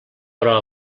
però